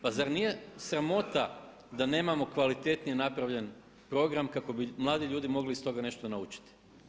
Pa zar nije sramota da nemamo kvalitetnije napravljen program kako bi mladi ljudi iz toga nešto naučiti.